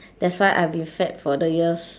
that's why I've been fat for the years